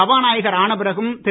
சபாநாயகர் ஆன பிறகும் திரு